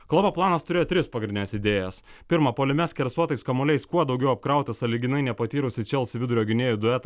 klopo planas turėjo tris pagrindines idėjas pirma puolime skersuotais kamuoliais kuo daugiau apkrauti sąlyginai nepatyrusį chelsea vidurio gynėjų duetą